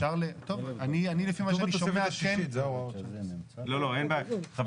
חבר הכנסת קרעי, אין בעיה.